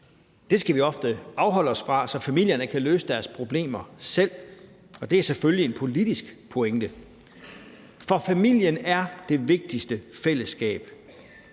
Det skal vi ofte afholde os fra, så familierne kan løse deres problemer selv, og det er selvfølgelig en politisk pointe. For familien er det vigtigste fællesskab.